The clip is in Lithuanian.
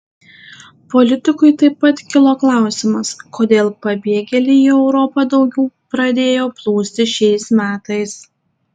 politikui taip pat kilo klausimas kodėl pabėgėliai į europą daugiau pradėjo plūsti šiais metais